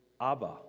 Abba